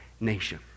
nation